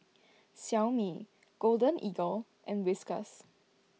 Xiaomi Golden Eagle and Whiskas